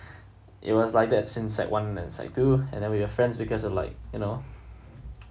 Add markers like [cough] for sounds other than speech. [breath] it was like that since sec one and sec two and then we were friends because uh like you know